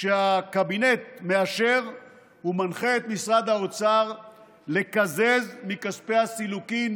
שהקבינט מאשר ומנחה את משרד האוצר לקזז מכספי הסילוקין